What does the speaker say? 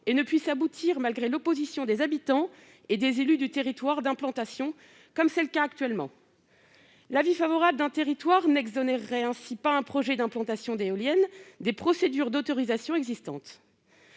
ne puisse aboutir malgré l'opposition des habitants et des élus du territoire d'implantation, comme c'est le cas actuellement. L'avis favorable d'un territoire n'exonérerait ainsi pas un projet d'implantation d'éoliennes des procédures d'autorisation existantes.